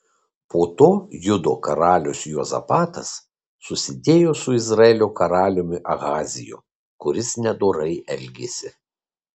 po to judo karalius juozapatas susidėjo su izraelio karaliumi ahaziju kuris nedorai elgėsi